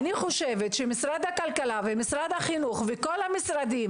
אני חושבת שמשרד הכלכלה ומשרד החינוך וכל המשרדים